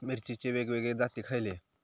मिरचीचे वेगवेगळे जाती खयले?